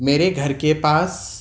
میرے گھر کے پاس